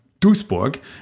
Duisburg